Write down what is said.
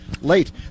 late